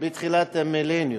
בתחילת המילניום.